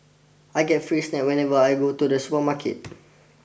I get free snacks whenever I go to the supermarket